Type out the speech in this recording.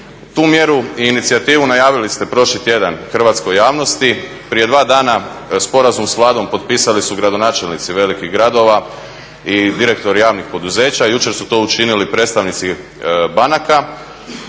Tu mjeru i inicijativu najavili ste prošli tjedan hrvatskoj javnosti. Prije dva dana sporazum s Vladom potpisali su gradonačelnici velikih gradova i direktori javnih poduzeća, jučer su to učinili predstavnici banaka.